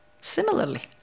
similarly